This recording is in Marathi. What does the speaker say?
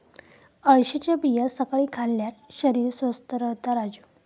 अळशीच्या बिया सकाळी खाल्ल्यार शरीर स्वस्थ रव्हता राजू